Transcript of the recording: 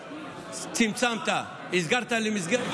צמצמת, הכנסת למסגרת.